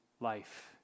life